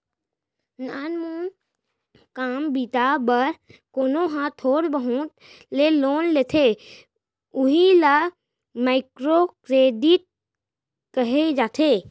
नानमून काम बूता बर कोनो ह थोर बहुत के लोन लेथे उही ल माइक्रो करेडिट कहे जाथे